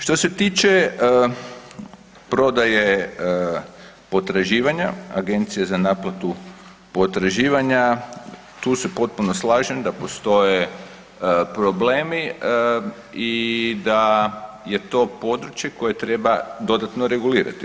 Što se tiče prodaje potraživanja, Agencije za naplatu potraživanja, tu se potpuno slažem da postoje problemi i da je to područje koje treba dodatno regulirati.